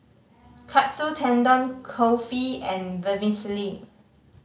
Katsu Tendon Kulfi and Vermicelli